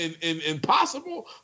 impossible